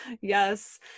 Yes